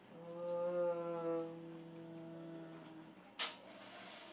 um